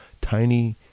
tiny